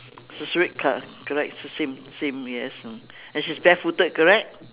it's the red colour correct it's the same same yes mm and she is barefooted correct